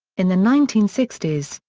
in the nineteen sixty s,